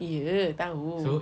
iye tahu